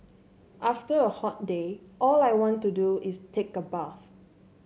after a hot day all I want to do is take a bath